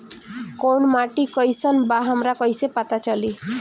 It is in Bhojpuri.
कोउन माटी कई सन बा हमरा कई से पता चली?